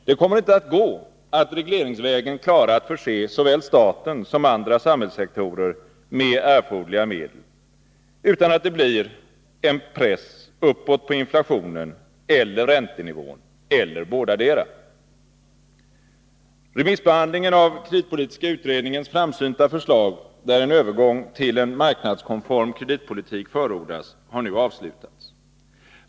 Det kommer inte att gå att regleringsvägen klara att förse såväl staten som andra samhällssektorer med erforderliga medel utan att det blir en press uppåt på inflationen eller på räntenivån — eller på bådadera. Remissbehandlingen av den kreditpolitiska utredningens framsynta förslag, där en övergång till en marknadskonform kreditpolitik förordas, har nu avslutats.